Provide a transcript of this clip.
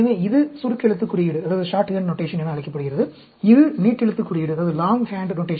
எனவே இது சுருக்கெழுத்து குறியீடு என அழைக்கப்படுகிறது இது நீட்டெழுத்து குறியீடாகும்